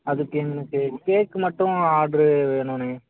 அதுக்கு எனக்கு கேக்கு மட்டும் ஆட்ரு வேண்ணுண்ணே